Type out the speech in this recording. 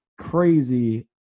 crazy